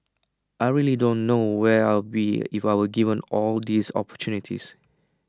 I really don't know where I'll be if I weren't given all these opportunities